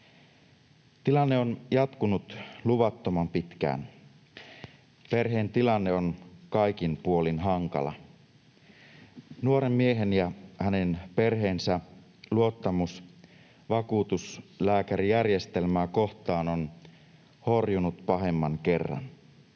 Tilanne on jatkunut luvattoman pitkään. Perheen tilanne on kaikin puolin hankala. Nuoren miehen ja hänen perheensä luottamus vakuutuslääkärijärjestelmää kohtaan on horjunut pahemman kerran.